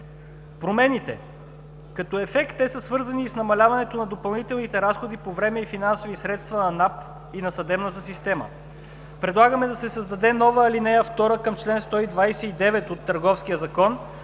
Промените – като ефект те са свързани и с намаляването на допълнителните разходи по време и финансови средства на НАП и на съдебната система. Предлагаме да се създаде нова ал. 2 към чл. 129 от Търговския закон,